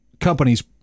companies